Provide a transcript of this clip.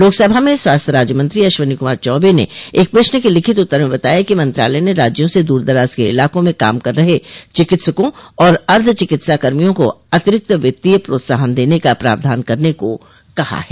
लोकसभा में स्वास्थ्य राज्य मंत्री अश्विनी कुमार चौबे ने एक प्रश्न के लिखित उत्तर में बताया कि मंत्रालय ने राज्यों से दूर दराज के इलाकों में काम कर रहे चिकित्सकों और अर्द्व चिकित्सा कर्भियों को अतिरिक्त वित्तोय प्रोत्साहन देने का प्रावधान करने को कहा है